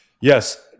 Yes